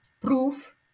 proof